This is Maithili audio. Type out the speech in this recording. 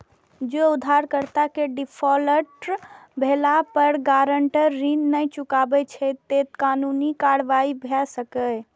जौं उधारकर्ता के डिफॉल्टर भेला पर गारंटर ऋण नै चुकबै छै, ते कानूनी कार्रवाई भए सकैए